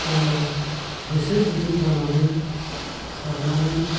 गोसो गुदुं जानानै खारनानै